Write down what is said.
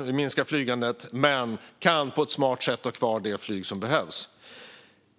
När vi minskar flygandet kan vi på ett smart sätt ha kvar det flyg som behövs.